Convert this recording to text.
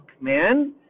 man